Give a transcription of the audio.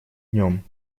днем